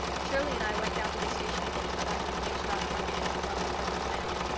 shirley and i went down to the station again to try to induce dog monday to come home but we failed.